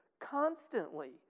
constantly